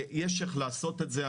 או שנוכל לצאת לעבודה ותרום לכלכלה.